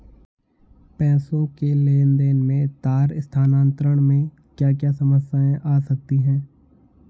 पैसों के लेन देन में तार स्थानांतरण में क्या क्या समस्याएं आ सकती हैं?